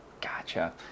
Gotcha